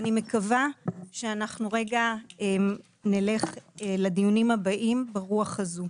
אני מקווה שאנחנו נלך לדיונים הבאים ברוח הזו.